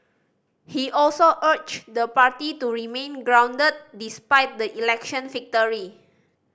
he also urged the party to remain grounded despite the election victory